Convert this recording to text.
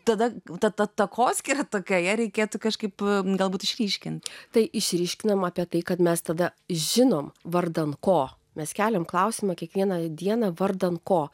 tada ta takoskyra tokioje reikėtų kažkaip galbūt išryškinti tai išryškinama apie tai kad mes tada žinome vardan ko mes keliame klausimą kiekvieną dieną vardan ko